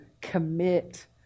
commit